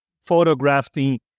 photographing